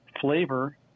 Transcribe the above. flavor